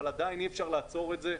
אבל עדיין אי אפשר לעצור את זה.